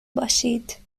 باشید